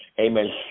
amen